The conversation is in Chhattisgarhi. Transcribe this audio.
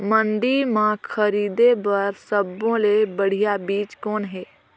मंडी म खरीदे बर सब्बो ले बढ़िया चीज़ कौन हे?